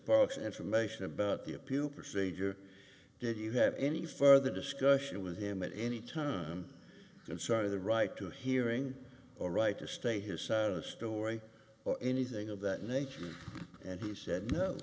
parks information about the appeal procedure did you have any further discussion with him at any time concerning the right to hearing or right to stay his side of the story or anything of that nature and he said no